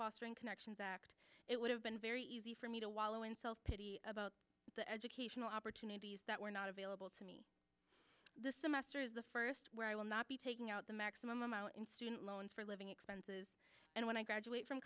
fostering connections act it would have been very easy for me to wallow in self pity about the educational opportunities that were not available to me this semester is the first where i will not be taking out the maximum amount in student loans for living expenses and when i graduate from